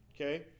Okay